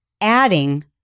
adding